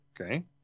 Okay